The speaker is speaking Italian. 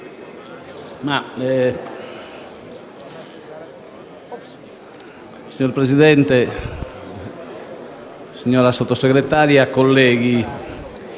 Signora Presidente, signora Sottosegretario, colleghi,